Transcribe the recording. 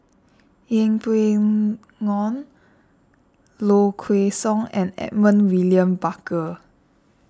Yeng Pway Ngon Low Kway Song and Edmund William Barker